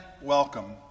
welcome